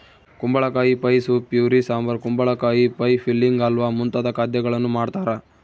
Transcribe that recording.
ಕುಂಬಳಕಾಯಿ pie soup puree sambar ಕುಂಬಳಕಾಯಿ pie filling halwa ಮುಂತಾದ ಖಾದ್ಯಗಳನ್ನು ಮಾಡ್ತಾರ